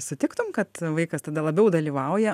sutiktum kad vaikas tada labiau dalyvauja